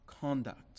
conduct